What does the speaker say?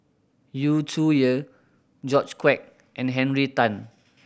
Yu Zhuye George Quek and Henry Tan